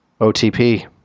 OTP